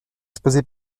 exposé